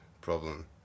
problem